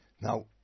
Now